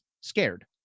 scared